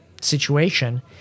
situation